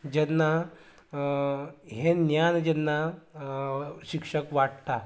जेन्ना हें ज्ञान जेन्ना शिक्षक वाटटा